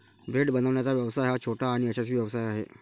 bread बनवण्याचा व्यवसाय हा छोटा आणि यशस्वी व्यवसाय आहे